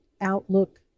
Outlook